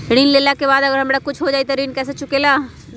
ऋण लेला के बाद अगर हमरा कुछ हो जाइ त ऋण कैसे चुकेला?